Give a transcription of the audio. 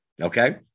okay